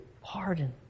pardon